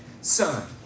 son